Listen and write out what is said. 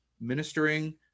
ministering